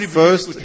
first